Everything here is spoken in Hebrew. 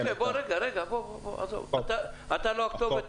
רגע, אתה לא הכתובת.